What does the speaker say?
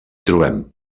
trobem